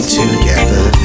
together